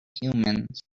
humans